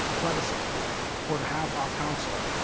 plebiscite or to have our council